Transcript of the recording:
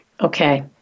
Okay